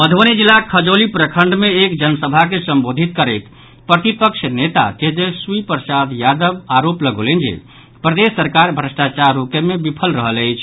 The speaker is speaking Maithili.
मधुबनी जिलाक खजौली प्रखंड मे एक जनसभा के संबोधित करैत प्रतिपक्ष नेता तेजस्वी यादव आरोप लगौलनि जे प्रदेश सरकार भ्रष्टाचार रोकए मे विफल रहल अछि